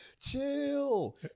Chill